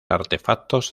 artefactos